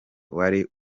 wari